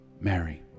Mary